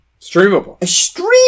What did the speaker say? Streamable